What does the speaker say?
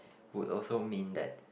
would also mean that